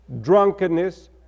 drunkenness